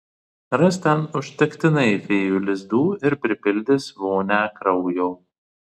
ras ten užtektinai fėjų lizdų ir pripildys vonią kraujo